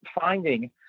finding